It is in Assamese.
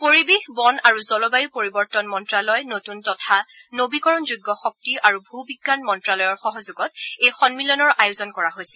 পৰিৱেশ বন আৰু জলবায়ু পৰিৱৰ্তন মন্ত্যালয় নতূন তথা নৱীকৰণযোগ্য শক্তি আৰু ভূবিজ্ঞান মন্ত্ৰালয়ৰ সহযোগত এই সন্মিলনৰ আয়োজন কৰা হৈছে